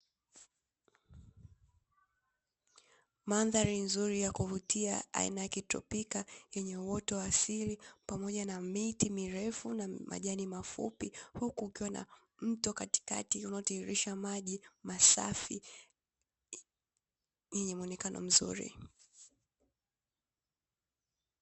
Mandhari nzuri ya kuvutia aina ya kitropika yenye uoto wa asili pamoja na miti mirefu na majani mafupi, huku kukiwa na mto katikati unaotiririsha maji masafi yenye muonekano mzuri.